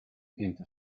into